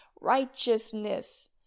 righteousness